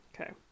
Okay